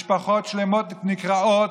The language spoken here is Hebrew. משפחות שלמות נקרעות.